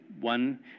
one